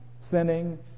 Sinning